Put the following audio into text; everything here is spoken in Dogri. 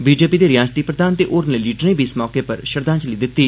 बीजेपी दे रिआसती प्रधान ते होरनें लीडरे बी इस मौके पर श्रद्वांजलि दित्ती